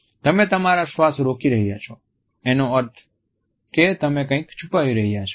તમે તમારા શ્વાસ રોકી રહ્યા છો એનો અર્થ કે તમે કંઈક છુપાવી રહ્યા છો